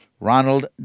Ronald